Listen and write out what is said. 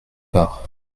part